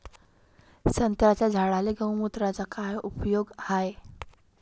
संत्र्याच्या झाडांले गोमूत्राचा काय उपयोग हाये?